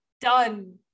done